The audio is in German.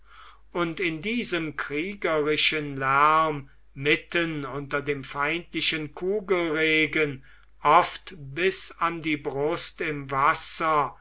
und in diesem kriegerischen lärm mitten unter dem feindlichen kugelregen oft bis an die brust im wasser